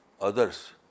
others